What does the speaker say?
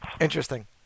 Interesting